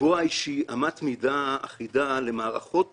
לקבוע אמת מידה אחידה למערכות